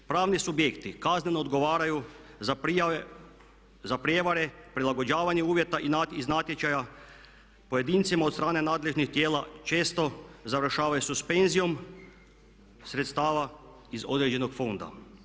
Pravni subjekti kazneno odgovaraju za prijevare prilagođavanju uvjeta iz natječaja pojedincima od strane nadležnih tijela često završavaju suspenzijom sredstava iz određenog fonda.